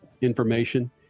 information